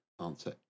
answer